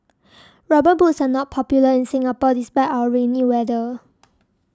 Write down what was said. rubber boots are not popular in Singapore despite our rainy weather